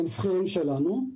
הם שכירים שלנו.